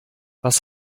was